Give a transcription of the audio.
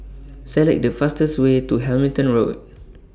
Select The fastest Way to Hamilton Road